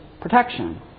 Protection